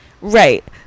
Right